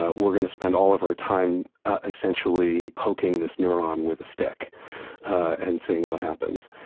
ah we're going to spend all of our time essentially poking this neuron with a stick and seeing what happens.